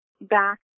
back